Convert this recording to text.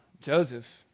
Joseph